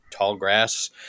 Tallgrass